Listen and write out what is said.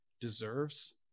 deserves